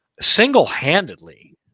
single-handedly